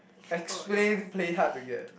explain play hard to get